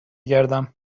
گردم